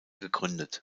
gegründet